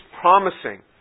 promising